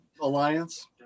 Alliance